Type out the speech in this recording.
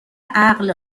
عقل